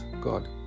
God